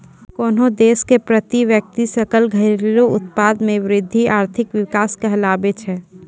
कोन्हो देश के प्रति व्यक्ति सकल घरेलू उत्पाद मे वृद्धि आर्थिक विकास कहलाबै छै